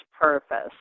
purpose